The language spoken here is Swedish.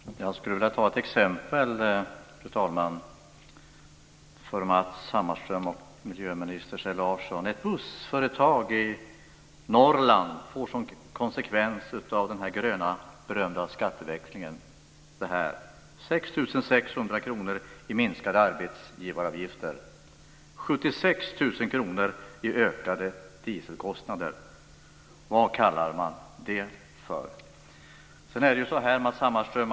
Fru talman! Jag skulle vilja ge ett exempel för Ett bussföretag i Norrland får som konsekvens av den berömda gröna skatteväxlingen 6 600 kr i minskade arbetsgivaravgifter och 76 000 kr i ökade dieselkostnader. Vad ska man kalla det? Matz Hammarström!